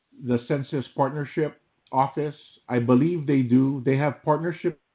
the census partnership office. i believe they do. they have partnership